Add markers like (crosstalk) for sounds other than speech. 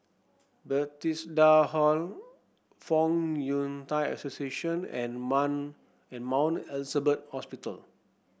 Bethesda Hall Fong Yun Thai Association and (unintelligible) Mount Elizabeth Hospital